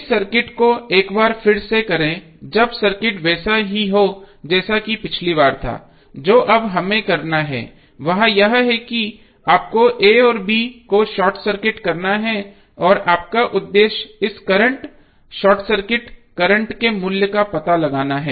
इस सर्किट को एक बार फिर से करें जब सर्किट वैसा ही हो जैसा कि पिछली बार था जो अब हमें करना है वह यह है कि आपको a और b को शॉर्ट सर्किट करना है और आपका उद्देश्य इस करंट शॉर्ट सर्किट करंट के मूल्य का पता लगाना है